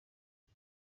isi